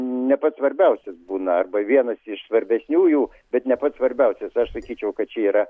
ne pats svarbiausias būna arba vienas iš svarbesniųjų bet ne pats svarbiausias aš sakyčiau kad čia yra